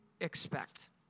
expect